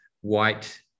white